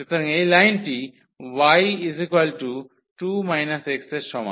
সুতরাং এই লাইনটি y2 x এর সমান